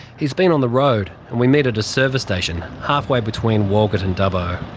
he's been on the road and we meet at a service station halfway between walgett and dubbo.